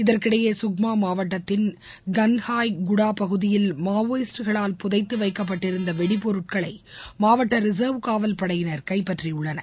இதற்கிடையே சுக்மா மாவட்டத்தின் கங்கை குடா பகுதியில் மாவோயிஸ்ட்களால் புதைத்து வைக்கப்பட்டிருந்த வெடிபொருட்களை மாவட்ட ரிசர்வ் காவல் படையினர் கைப்பற்றியுள்ளனர்